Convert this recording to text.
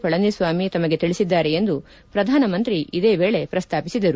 ಪಳನಿಸ್ನಾಮಿ ತಮಗೆ ತಿಳಿಸಿದ್ದಾರೆ ಎಂದು ಪ್ರಧಾನಮಂತ್ರಿ ಇದೇ ವೇಳೆ ಪ್ರಸ್ತಾಪಿಸಿದರು